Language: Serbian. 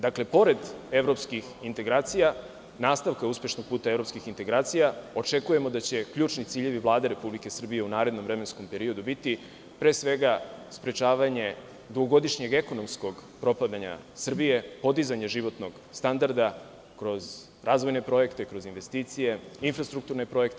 Dakle, pored evropskih integracija, nastavka uspešnog puta evropskih integracija, očekujemo da će ključni ciljevi Vlade Republike Srbije u narednom vremenskom periodu biti pre svega sprečavanje dugogodišnjeg ekonomskog propadanja Srbije, podizanje životnog standarda kroz razvojne projekte, kroz investicije, infrastrukturne projekte.